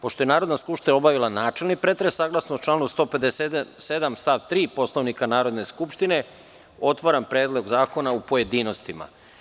Pošto ja Narodna skupština obavila načelni pretres, saglasno članu 157. stav 3. Poslovnika Narodne skupštine, otvaram pretres Predlog zakona u pojedinostima.